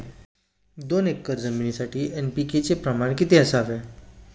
दोन एकर जमीनीसाठी एन.पी.के चे प्रमाण किती असावे?